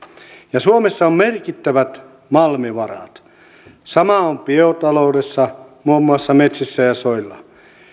ja suomessa on merkittävät malmivarat sama on biotaloudessa muun muassa metsissä ja soilla